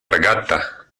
fragata